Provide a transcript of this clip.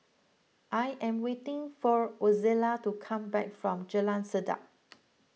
I am waiting for Ozella to come back from Jalan Sedap